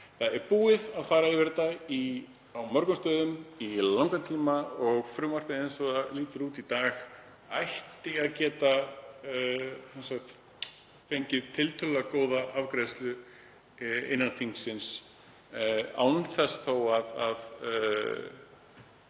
Það er því búið að fara yfir þetta á mörgum stöðum í langan tíma og frumvarpið eins og það lítur út í dag ætti að geta fengið tiltölulega góða afgreiðslu innan þingsins án þess að